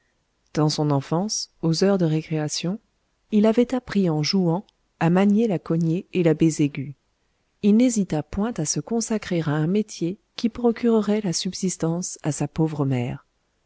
dans son enfance aux heures de récréation il avait appris en jouant à manier la cognée et la bésaiguë il n'hésita point à se consacrer à un métier qui procurerait la subsistance à sa pauvre mère